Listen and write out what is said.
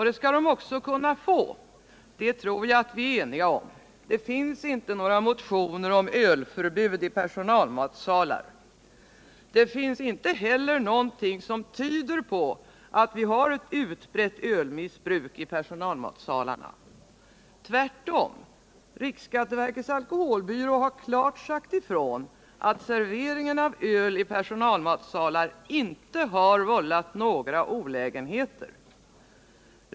Det skall de också kunna få, det tror jag vi är eniga om —det finns inte några motioner om ölförbud i personalmatsalar. Det finns inte heller något som tyder på ett utbrett öl missbruk i personalmatsalarna. Tvärtom har riksskatteverkets alkoholbyrå klart sagt ifrån att servering av öl i personalmatsalar inte har ”vållat några olägenheter”.